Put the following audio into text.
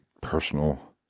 personal